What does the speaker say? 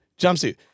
jumpsuit